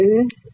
Yes